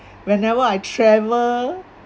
whenever I travel